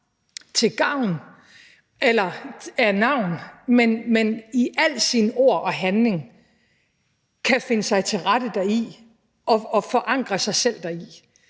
ikke bare af navn, men i alle sine ord og handlinger kan finde sig til rette deri og forankre sig selv deri.